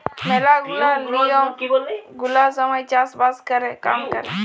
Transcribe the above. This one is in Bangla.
ম্যালা গুলা লিয়ম ওলুজায়ই চাষ বাস ক্যরে কাম ক্যরে